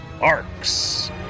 ARCS